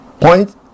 point